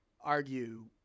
argue